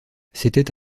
c’était